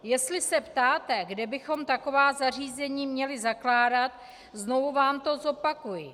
Jestli se ptáte, kde bychom taková zařízení měli zakládat, znovu vám to zopakuji.